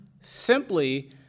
simply